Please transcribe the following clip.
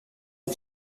est